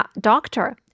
doctor